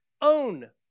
own